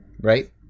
right